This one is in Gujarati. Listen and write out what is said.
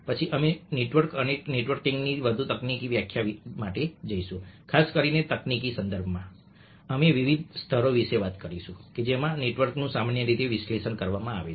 પછી અમે નેટવર્ક અને નેટવર્કિંગની વધુ તકનીકી વ્યાખ્યા માટે જઈશું ખાસ કરીને તકનીકી સંદર્ભમાં અમે વિવિધ સ્તરો વિશે વાત કરીશું કે જેમાં નેટવર્કનું સામાન્ય રીતે વિશ્લેષણ કરવામાં આવે છે